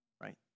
right